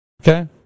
Okay